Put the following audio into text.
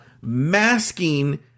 masking